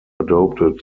adopted